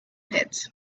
pits